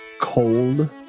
cold